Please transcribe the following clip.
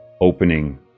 opening